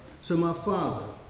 so my father,